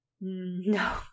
No